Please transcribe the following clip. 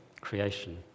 Creation